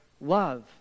Love